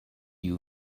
you